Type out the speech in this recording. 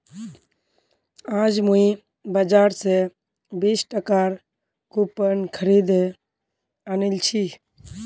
आज मुई बाजार स बीस टकार कूपन खरीदे आनिल छि